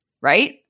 right